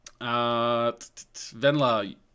Venla